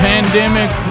Pandemic